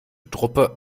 truppe